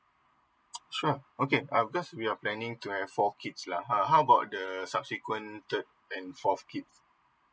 sure okay uh because we are planning to have four kids lah uh how about the subsequent third and fourth kids